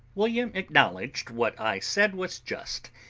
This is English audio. william acknowledged what i said was just,